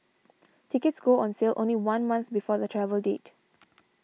tickets go on sale only one month before the travel date